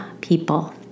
people